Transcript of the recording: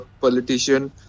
politician